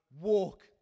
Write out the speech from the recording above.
walk